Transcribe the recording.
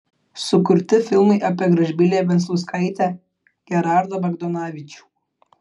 sukurti filmai apie gražbylę venclauskaitę gerardą bagdonavičių